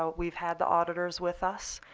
we've had the auditors with us.